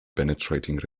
penetrating